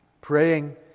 Praying